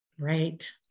Right